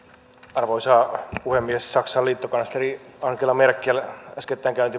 arvoisa puhemies saksan liittokansleri angela merkel äskettäin